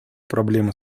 проблемы